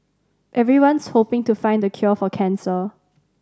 everyone's hoping to find the cure for cancer